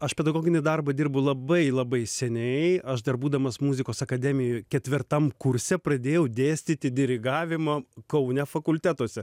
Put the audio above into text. aš pedagoginį darbą dirbu labai labai seniai aš dar būdamas muzikos akademijoj ketvirtam kurse pradėjau dėstyti dirigavimą kaune fakultetuose